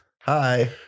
hi